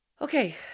Okay